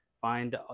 find